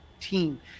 team